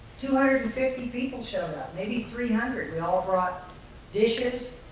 two hundred and fifty people showed up, maybe three hundred. we all brought dishes,